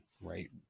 right